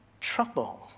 trouble